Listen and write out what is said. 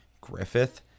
Griffith